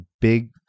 big